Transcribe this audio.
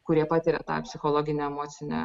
kurie patiria tą psichologinę emocinę